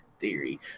Theory